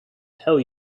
tell